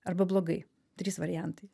arba blogai trys variantai